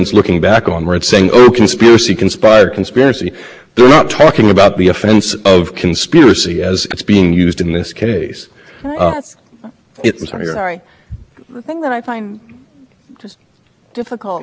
not tribunals for human rights violations back then like there are now there probably weren't a bunch of law review articles and international law scholars writing where was congress supposed to look and how do we know it wasn't to look internally and just t